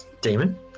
demon